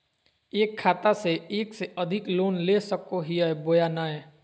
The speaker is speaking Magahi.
एक खाता से एक से अधिक लोन ले सको हियय बोया नय?